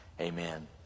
amen